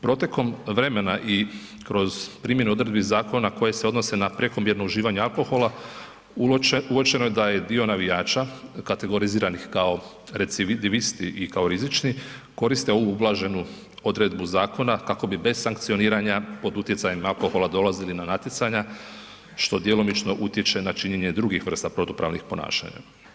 Protekom vremena i kroz primjenu odredbi zakona koje se odnose na prekomjerno uživanje alkohola uočeno je da je dio navijača kategoriziranih kao recidivisti i kao rizični koriste ovu ublaženu odredbu zakona kako bi bez sankcioniranja pod utjecajem alkohola dolazili na natjecanja, što djelomično utječe na činjenje drugih vrsta protupravnih ponašanja.